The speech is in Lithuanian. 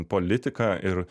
politika ir